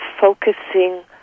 focusing